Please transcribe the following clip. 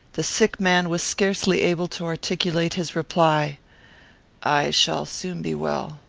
the sick man was scarcely able to articulate his reply i shall soon be well.